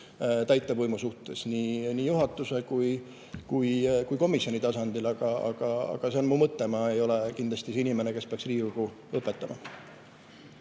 täitevvõimu suhtes nii juhatuse kui ka komisjoni tasandil. See on mu mõte, aga ma ei ole kindlasti see inimene, kes peaks Riigikogu õpetama.